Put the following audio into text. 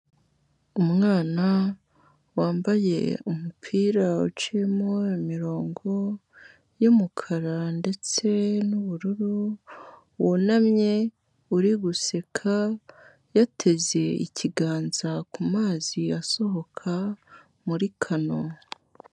Umwana wambaye umupira ucimo imirongo y'umukara ndetse n'ubururu, wunamye, uri guseka, yateze ikiganza ku mazi, asohoka muri kano.